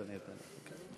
אז אני אתן לך.